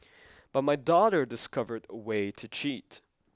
but my daughter discovered a way to cheat